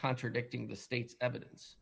contradicting the state's evidence